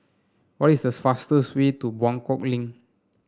what is the fastest way to Buangkok Link